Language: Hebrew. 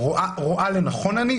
- רואה לנכון אני,